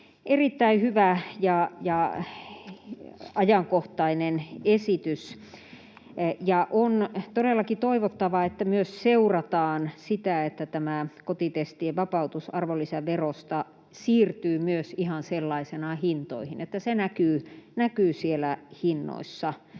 erittäin hyvä ja ajankohtainen esitys. On todellakin toivottavaa, että myös seurataan sitä, että kotitestien vapautus arvonlisäverosta siirtyy ihan sellaisenaan hintoihin, että se näkyy siellä hinnoissa.